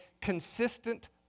consistent